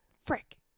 frick